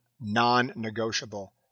non-negotiable